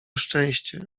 szczęście